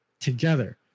together